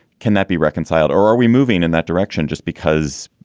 can that be reconciled or are we moving in that direction just because,